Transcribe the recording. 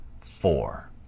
four